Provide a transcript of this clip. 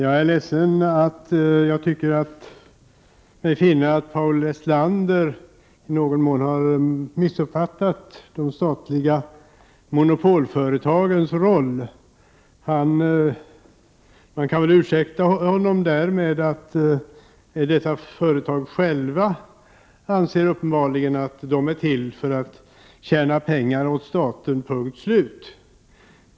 Herr talman! Tyvärr tycker mig finna att Paul Lestander i någon mån har missuppfattat de statliga monopolföretagens roll. Man kan väl ursäkta honom därmed att dessa företag själva anser uppenbarligen anser att de är till för att tjäna pengar åt staten. Punkt, slut.